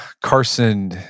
Carson